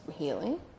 healing